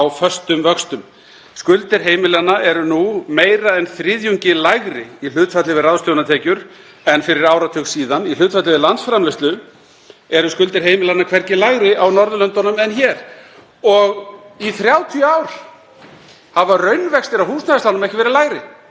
eru skuldir heimilanna hvergi lægri á Norðurlöndum en hér og í þrjátíu ár hafa raunvextir á húsnæðislánum ekki verið lægri. Það eru í raun og veru frábær kjör á húsnæðislánum í dag, þau bestu í áratugi.